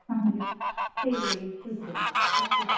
ਹਾਂਜੀ ਠੀਕ ਹੈ ਜੀ ਸ਼ੁਕਰੀਆ ਓਕੇ